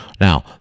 now